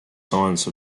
science